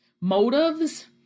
motives